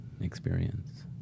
experience